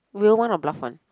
real one or bluff one